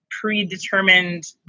predetermined